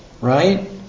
right